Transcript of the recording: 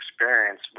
experience